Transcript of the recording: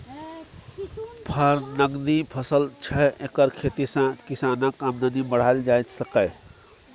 फर नकदी फसल छै एकर खेती सँ किसानक आमदनी बढ़ाएल जा सकैए